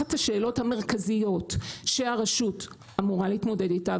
אחת השאלות המרכזיות שהרשות אמורה להתמודד איתה,